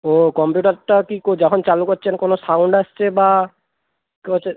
ও কম্পিউটারটা কি কো যখন চালু করছেন কোনো সাউন্ড আসছে বা হচ্ছে